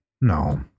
No